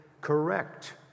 correct